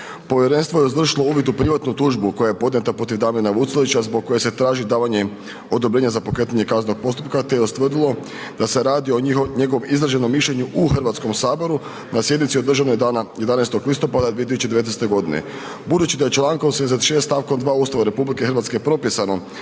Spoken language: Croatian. Povjerenstvo je izvršilo uvid u privatnu tužbu koja je podnijeta protiv Damjena Vucelića zbog koje se traži davanje odobrenja za pokretanje kaznenog postupka, te je ustvrdilo da se radi o njegovom izraženom mišljenju u HS na sjednici održanoj dana 11. listopada 2019.g. Budući da je čl. 76. st. 2. Ustava RH propisano